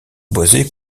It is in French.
boisé